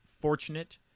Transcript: fortunate